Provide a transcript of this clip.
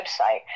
website